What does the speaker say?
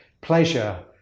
pleasure